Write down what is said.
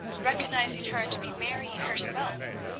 recognising her to be mary herself,